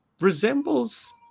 resembles